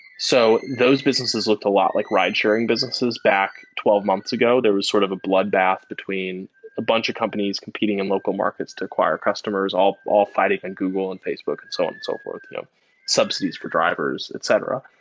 so those businesses looked a lot like ridesharing businesses back twelve months ago. there was sort of a bloodbath between a bunch of companies competing in local markets to acquire customers, all all fighting, and google and facebook and so on and so forth, you know subsidies for drivers, etc.